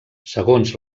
segons